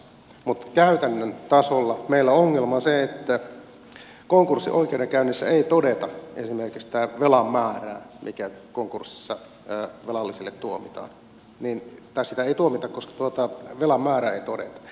mutta käytännön tasolla meillä ongelma on se että konkurssioikeudenkäynnissä ei todeta esimerkiksi sitä velan määrää mikä konkurssissa velalliselle tuomitaan tai sitä ei tuomita koska velan määrää ei todeta